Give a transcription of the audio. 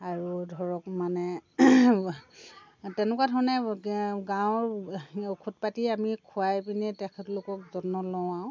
আৰু ধৰক মানে তেনেকুৱা ধৰণে গাঁওৰ ঔষধ পাতি আমি খোৱাইপেনে তেখেতলোকক যত্ন লওঁ আও